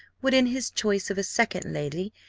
would, in his choice of a second lady,